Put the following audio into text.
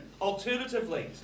alternatively